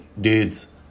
dudes